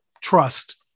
Trust